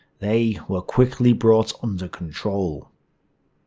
they were quickly brought under control.